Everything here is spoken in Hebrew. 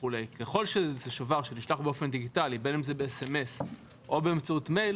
ככל שזה שובר שנשלח באופן דיגיטלי; בין אם זה ב-SMS או באמצעות מייל